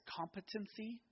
competency